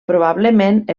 probablement